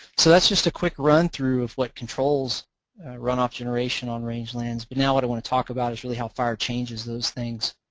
so that's just a quick run through of what controls runoff generation on rangelands but now what i want to talk about is really how fire changes those things